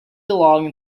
along